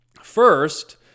First